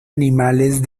animales